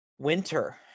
winter